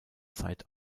zeit